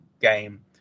game